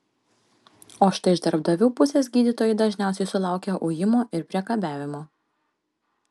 o štai iš darbdavių pusės gydytojai dažniausiai sulaukia ujimo ir priekabiavimo